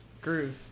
Groove